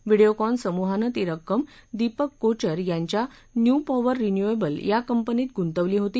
व्हिडिओकॉन समूहानं ती रक्कम दिपक कोचर यांच्या न्यूपॉवर रिन्युएबल या कंपनीत गुंतवली होती